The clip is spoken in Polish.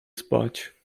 spać